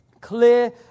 clear